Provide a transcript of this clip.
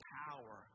power